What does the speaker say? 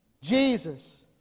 Jesus